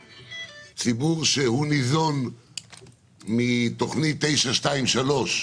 הציבור הכי פחות ממונע במדינת ישראל זה הציבור החרדי.